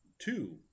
two